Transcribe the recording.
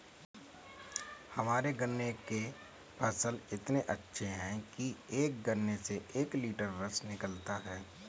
हमारे गन्ने के फसल इतने अच्छे हैं कि एक गन्ने से एक लिटर रस निकालता है